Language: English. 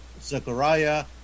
Zechariah